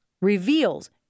reveals